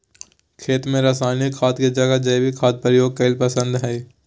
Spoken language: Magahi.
खेत में रासायनिक खाद के जगह जैविक खाद प्रयोग कईल पसंद हई